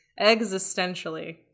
existentially